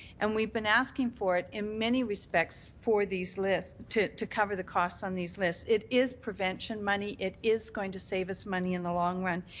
and we've been asking for it in many respects for these lists to to cover the costs on these lists. it is prevention money, it is going to save us money in the long run.